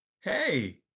hey